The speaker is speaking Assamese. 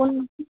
কোন